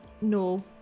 No